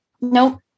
Nope